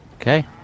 Okay